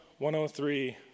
103